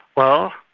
well,